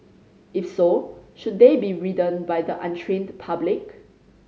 if so should they be ridden by the untrained public